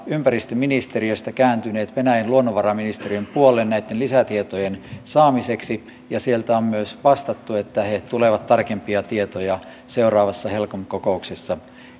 ympäristöministeriöstä kääntyneet venäjän luonnonvaraministe riön puoleen näitten lisätietojen saamiseksi ja sieltä on myös vastattu että he tulevat tarkempia tietoja seuraavassa helcom kokouksessa